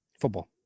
Football